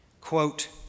quote